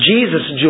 Jesus